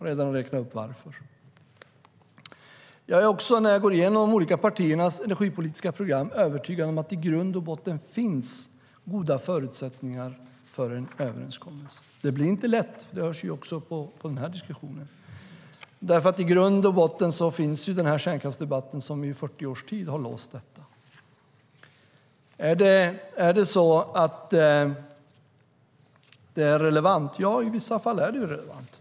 Jag har redan räknat upp varför. Är det relevant? Ja, i vissa fall är det relevant.